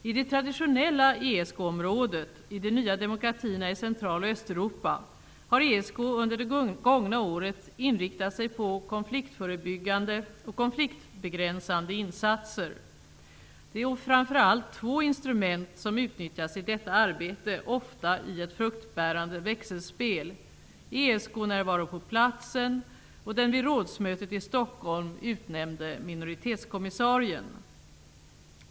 I det traditionella ESK-området, i de nya demokratierna i Central och Östeuropa, har ESK under det gångna året inriktat sig på konfliktförebyggande och konfliktbegränsande insatser. Det är framför allt två instrument som utnyttjats i detta arbete, ofta i ett fruktbärande växelspel: ESK-närvaro på platsen och den vid rådsmötet i Stockholm utnämnde minoritetskommissarien.